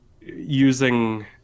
using